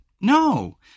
No